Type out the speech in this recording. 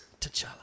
T'Challa